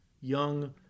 young